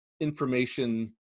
information